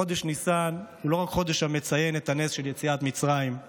חודש ניסן הוא לא רק חודש המציין את הנס של יציאת מצרים,